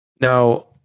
Now